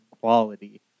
quality